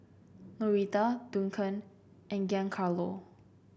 Norita Duncan and Giancarlo